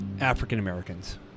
African-Americans